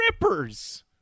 rippers